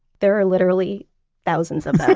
there are literally thousands of them.